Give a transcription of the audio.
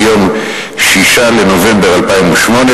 ביום 6 בנובמבר 2008,